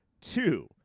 two